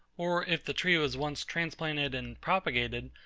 or if the tree was once transplanted and propagated,